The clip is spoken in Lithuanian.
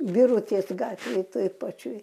birutės gatvėj toj pačioj